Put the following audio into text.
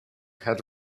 had